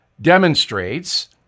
demonstrates